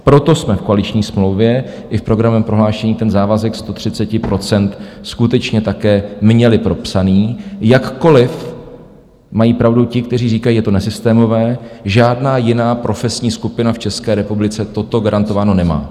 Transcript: Proto jsme v koaliční smlouvě i v programovém prohlášení ten závazek 130 % skutečně také měli propsaný, jakkoliv mají pravdu ti, kteří říkají, je to nesystémové, žádná jiná profesní skupina v České republice toto garantováno nemá.